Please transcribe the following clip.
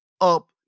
up